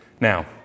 Now